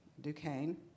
Duquesne